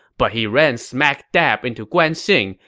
but he ran smack dab into guan xing,